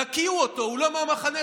תקיאו אותו, הוא לא צריך להיות מהמחנה.